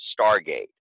stargate